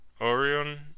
Orion